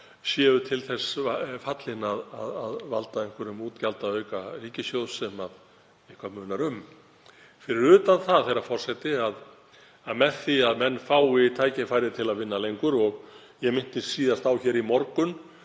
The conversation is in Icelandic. séu til þess fallin að valda einhverjum útgjaldaauka ríkissjóðs sem eitthvað munar um. Fyrir utan það, herra forseti, að menn eiga að fá tækifæri til að vinna lengur, og ég minntist síðast í morgun